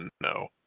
no